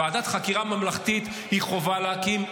ועדת חקירה ממלכתית היא חובה להקים.